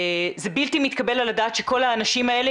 זה בלתי מתקבל על הדעת שכל האנשים האלה